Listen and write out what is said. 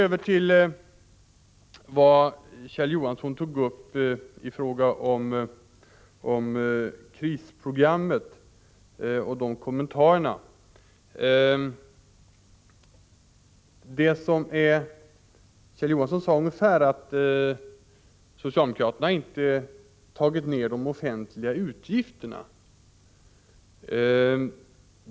Kjell Johansson tog upp frågor om krisprogrammet och sade något om att socialdemokraterna inte har tagit ner de offentliga utgifterna.